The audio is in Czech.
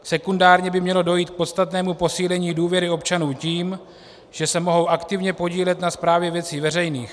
Sekundárně by mělo dojít k podstatnému posílení důvěry občanů tím, že se mohou aktivně podílet na správě věcí veřejných.